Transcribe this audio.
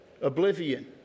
oblivion